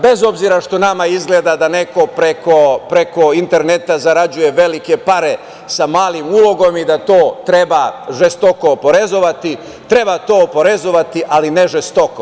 Bez obzira što nama izgleda da neko preko interneta zarađuje velike pare sa malim ulogom i da to treba žestoko oporezovati, treba to oporezovati, ali ne žestoko.